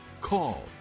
call